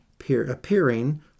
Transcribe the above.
appearing